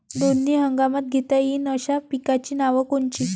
दोनी हंगामात घेता येईन अशा पिकाइची नावं कोनची?